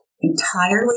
entirely